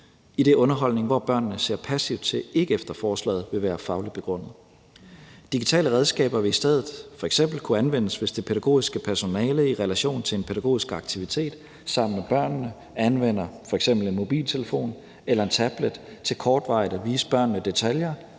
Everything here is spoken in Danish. idet underholdning, hvor børnene ser passivt til, ikke vil være fagligt begrundet ifølge forslaget. Digitale redskaber vil i stedet f.eks. kunne anvendes, hvis det pædagogiske personale i relation til en pædagogisk aktivitet sammen med børnene f.eks. anvender en mobiltelefon eller en tablet til kortvarigt at vise børnene detaljer.